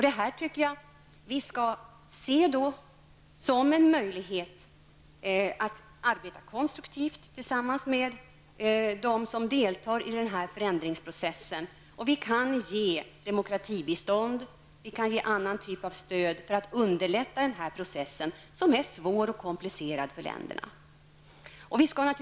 Det här tycker jag att vi skall se som en möjlighet och arbeta konstruktivt tillsammans med dem som deltar i denna förändringsprocess. Vi kan ge demokratibistånd, och vi kan ge annan typ av stöd för att underlätta denna process, som är svår och komplicerad för länderna.